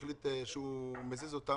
יחליט שהוא מזיז אותם.